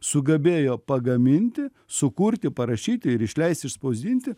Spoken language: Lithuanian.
sugebėjo pagaminti sukurti parašyti ir išleisti išspausdinti